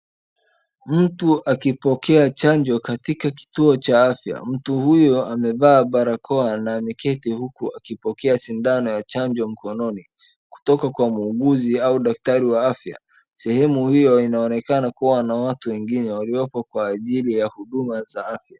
Mtu akipokea chanjo katika kituo cha afya. Mtu huyu amevaa barakoa na ameketi huku akipokea sindano ya chanjo mikononi kutoka kwa muuguzi au daktari wa afya. Sehemu hiyo inaonekana kuwa na watu wengine walioko kwa ajili ya huduma za afya.